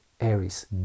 Aries